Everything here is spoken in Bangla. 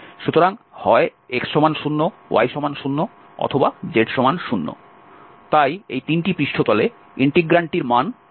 সুতরাং হয় x 0 y 0 অথবা z 0 তাই এই তিনটি পৃষ্ঠতলে ইন্টিগ্রান্ডটির মান 0 হতে চলেছে